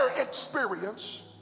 experience